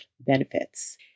benefits